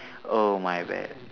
oh my bad